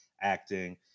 acting